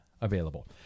available